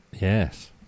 Yes